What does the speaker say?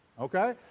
okay